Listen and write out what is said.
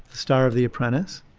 star of the apprentice,